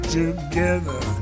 together